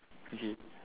okay